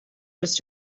just